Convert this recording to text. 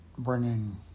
bringing